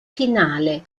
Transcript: finale